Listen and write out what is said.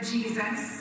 Jesus